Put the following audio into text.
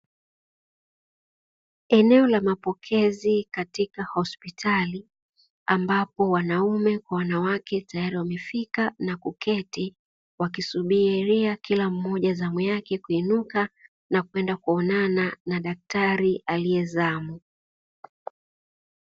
Eneo la mapokezi katika hospitali, ambapo wanaume kwa wanawake tayari wamefika na kuketi, wakisubiria kila mmoja zamu yake kuinuka na kwenda kuonana na daktari aliye zamu.